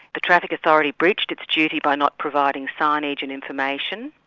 traffic authority breached its duty by not providing signage and information,